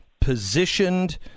positioned